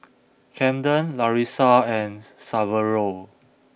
Camden Larissa and Saverio